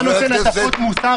אתה נותן הטפות מוסר